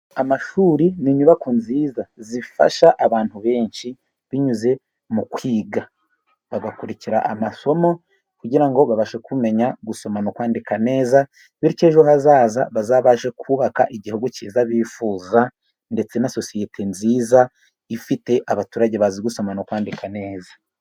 Amashuri ni inyubako nziza zifasha abantu benshi binyuze mu kwiga. Bagakurikira amasomo kugira ngo babashe kumenya gusoma no kwandika neza bityo ejo hazaza bazabashe kubaka igihugu cyiza bifuza ndetse na sosiyete nziza ifite abaturage bazi gusoma no kwandika neza.